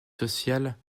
sociale